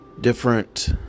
different